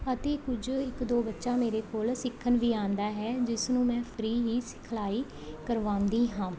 ਅਤੇ ਕੁਝ ਇੱਕ ਦੋ ਬੱਚਾ ਮੇਰੇ ਕੋਲ ਸਿੱਖਣ ਵੀ ਆਉਂਦਾ ਹੈ ਜਿਸ ਨੂੰ ਮੈਂ ਫਰੀ ਹੀ ਸਿਖਲਾਈ ਕਰਵਾਉਂਦੀ ਹਾਂ